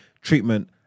treatment